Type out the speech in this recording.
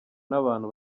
n’abantu